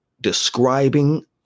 describing